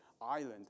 island